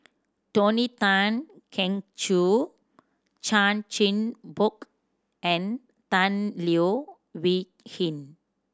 Tony Tan Keng Joo Chan Chin Bock and Tan Leo Wee Hin